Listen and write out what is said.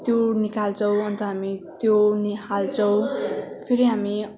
त्यो निकाल्छौँ अन्त हामी त्यो निहाल्छौँ फेरि हामी